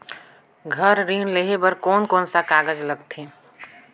घर ऋण लेहे बार कोन कोन सा कागज लगथे?